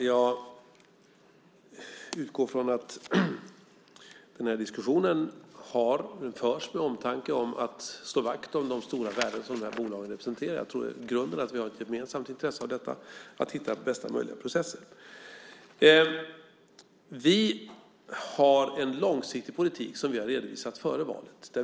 Fru talman! Jag utgår från att diskussionen förs med omtanke om att slå vakt om de stora värden som de här bolagen representerar. Jag tror att vi i grunden har ett gemensamt intresse av att hitta bästa möjliga processer. Vi har en långsiktig politik som vi har redovisat före valet.